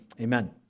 Amen